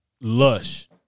lush